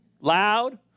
loud